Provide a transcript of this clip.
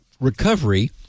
recovery